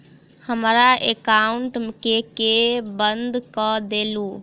हमरा एकाउंट केँ केल बंद कऽ देलु?